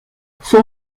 son